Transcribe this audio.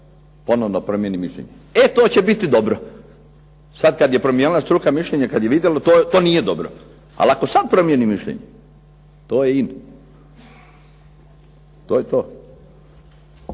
netko promijeni mišljenje. E to će biti dobro. Sada kada je promijenila struka mišljenje kada je vidjela. To nije dobro. Ali ako sada promijeni mišljenje, to je in. To je to.